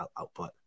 output